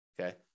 okay